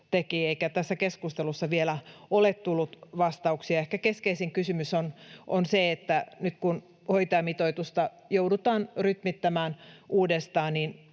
eikä tässä keskustelussa vielä ole tullut vastauksia. Ehkä keskeisin kysymys on se, että voitteko te nyt luvata, että nyt kun hoitajamitoitusta joudutaan rytmittämään uudestaan,